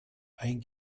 ein